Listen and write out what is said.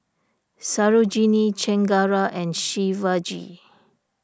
Sarojini Chengara and Shivaji